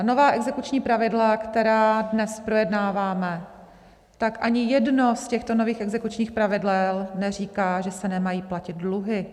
Nová exekuční pravidla, která dnes projednáváme, tak ani jedno z těchto nových exekučních pravidel neříká, že se nemají platit dluhy.